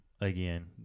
again